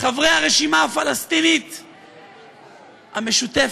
חברי הרשימה הפלסטינית המשותפת,